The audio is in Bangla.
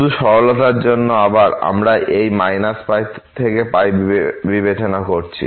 শুধু সরলতার জন্য আবার আমরা এই -π থেকে বিবেচনা করছি